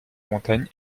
montagnes